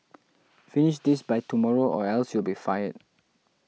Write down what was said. finish this by tomorrow or else you'll be fired